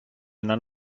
una